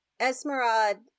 Esmeralda